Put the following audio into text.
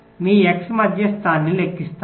మీరు x మధ్యస్థాన్ని లెక్కిస్తారు